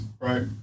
Right